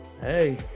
Hey